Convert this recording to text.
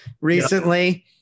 recently